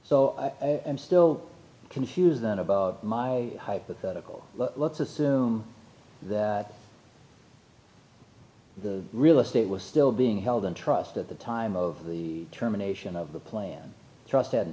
so i'm still confused then about my hypothetical let's assume that the real estate was still being held in trust at the time of the terminations of the plan trust